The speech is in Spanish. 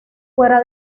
fuera